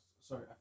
Sorry